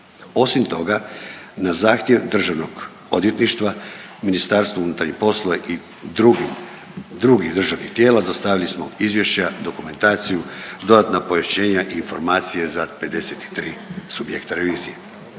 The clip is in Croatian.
Osim toga, na zahtjev Državnog odvjetništva Ministarstvo unutarnjih poslova i drugih državnih tijela dostavili smo izvješća, dokumentaciju, dodatna pojašnjenja i informacije za 53 subjekta revizije.